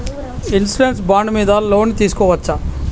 Insurance bond మీద loan తీస్కొవచ్చా?